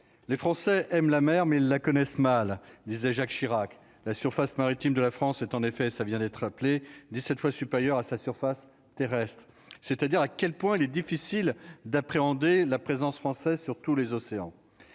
les Français aiment la mer, mais ils la connaissent mal, disait Jacques Chirac, la surface maritime de la France est, en effet, ça vient d'être appelé 17 fois supérieur à sa surface terrestre, c'est-à-dire à quel point il est difficile d'appréhender la présence française sur tous les océans,